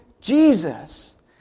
Jesus